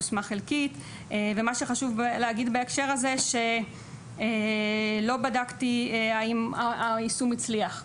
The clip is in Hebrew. יושמה חלקית ומה שחשוב להגיד בהקשר הזה שלא בדקתי האם היישום הצליח,